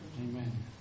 Amen